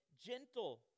gentle